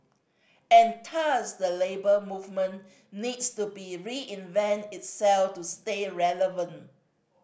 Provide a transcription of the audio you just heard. and thus the Labour Movement needs to be reinvent itself to stay relevant